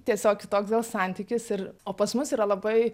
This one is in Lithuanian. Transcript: tiesiog kitoks gal santykis ir o pas mus yra labai